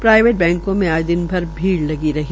private बैंको मे आज दिन भर भीड लगी रही